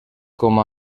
com